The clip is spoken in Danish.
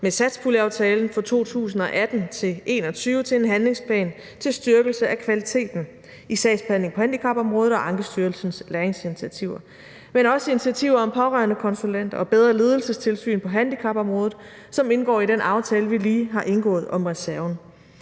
med satspuljeaftalen for 2018-2021, til en handlingsplan til styrkelse af kvaliteten i sagsbehandlingen på handicapområdet og til Ankestyrelsens læringsinitiativer. Men der er også initiativer som pårørendekonsulent og bedre ledelsestilsyn på handicapområdet, som indgår i den aftale, vi lige har indgået om reserven.